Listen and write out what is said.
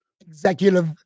Executive